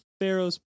Pharaoh's